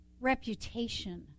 reputation